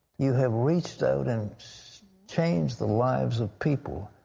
you have reached out and changed the lives of people.